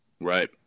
right